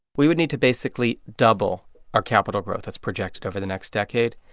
we would need to basically double our capital growth that's projected over the next decade.